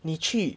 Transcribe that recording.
你去